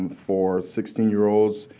for sixteen year olds,